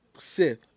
Sith